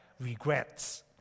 Regrets